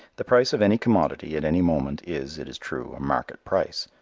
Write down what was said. the price of any commodity at any moment is, it is true, a market price,